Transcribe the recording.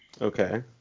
Okay